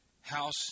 House